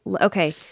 okay